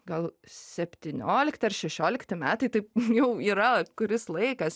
gal septyniolikti ir šešiolikti metai tai jau yra kuris laikas